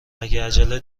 عجله